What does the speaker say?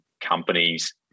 companies